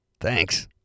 Thanks